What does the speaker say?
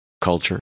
culture